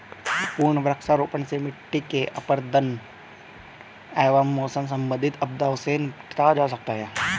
पुनः वृक्षारोपण से मिट्टी के अपरदन एवं मौसम संबंधित आपदाओं से निपटा जा सकता है